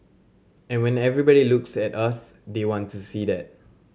and when everybody looks at us they want to see that